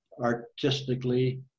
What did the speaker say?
artistically